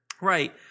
Right